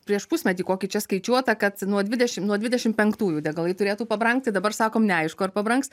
prieš pusmetį kokį čia skaičiuota kad nuo dvidešimt nuo dvidešimt penktųjų degalai turėtų pabrangti dabar sakom neaišku ar pabrangs